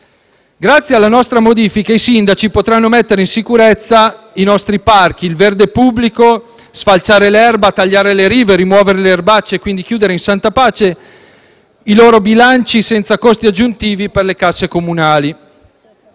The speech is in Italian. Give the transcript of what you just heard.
Grazie alla nostra modifica, i sindaci potranno mettere in sicurezza i nostri parchi, il verde pubblico, sfalciare l'erba, sistemare le rive, rimuovere le erbacce e quindi chiudere in santa pace i loro bilanci senza costi aggiuntivi per le casse comunali.